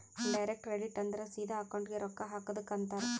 direct credit ಅಂದುರ್ ಸಿದಾ ಅಕೌಂಟ್ಗೆ ರೊಕ್ಕಾ ಹಾಕದುಕ್ ಅಂತಾರ್